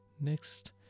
next